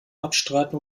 abstreiten